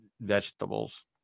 Vegetables